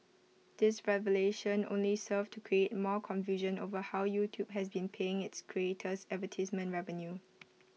this revelation only served to create more confusion over how YouTube has been paying its creators advertisement revenue